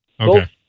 Okay